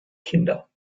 kinder